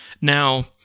Now